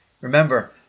Remember